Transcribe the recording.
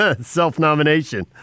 Self-nomination